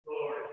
Lord